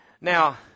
now